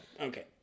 Okay